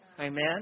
Amen